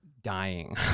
Dying